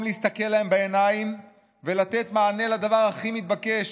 להסתכל להם בעיניים ולתת מענה לדבר הכי מתבקש: